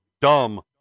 dumb